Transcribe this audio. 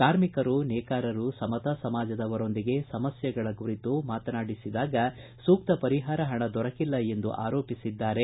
ಕಾರ್ಮಿಕರು ನೇಕಾರರು ಸಮತಾ ಸಮಾಜದವರೊಂದಿಗೆ ಸಮಸ್ಟೆಗಳ ಬಗ್ಗೆ ಕುರಿತು ಮಾತನಾಡಿಸಿದಾಗ ಸೂಕ್ತ ಪರಿಹಾರ ಹಣ ದೊರಕಿಲ್ಲ ಎಂದು ಆರೋಪಿಸಿದ್ದಾರೆ